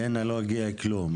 להינה לא הגיע כלום,